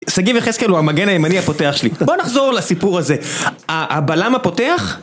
סגי יחזקל הוא המגן הימני הפותח שלי בוא נחזור לסיפור הזה הבלם הפותח?